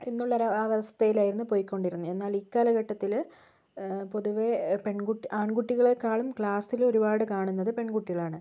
എന്നുള്ളൊരു അവസ്ഥയിലായിരുന്നു പോയികൊണ്ടിരുന്നത് എന്നാൽ ഈ കാലഘട്ടത്തില് പൊതുവെ പെൺകുട്ടി ആൺകുട്ടികളെക്കാളും ക്ലാസ്സില് ഒരുപാട് കാണുന്നത് പെൺകുട്ടികളാണ്